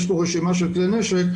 יש פה רשימה של כלי נשק,